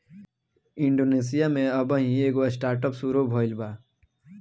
Indonesia में अबही एगो स्टार्टअप शुरू भईल बा